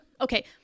okay